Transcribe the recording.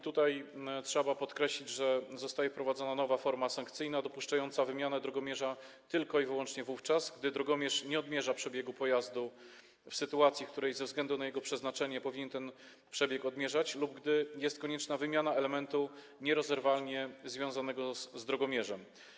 Trzeba podkreślić, że zostaje wprowadzona nowa forma sankcyjna, dopuszczająca wymianę drogomierza tylko i wyłącznie wówczas, gdy drogomierz nie odmierza przebiegu pojazdu w sytuacji, w której ze względu na jego przeznaczenie powinien ten przebieg odmierzać, lub gdy jest konieczna wymiana elementu nierozerwalnie związanego z drogomierzem.